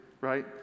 right